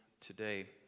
today